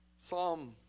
Psalm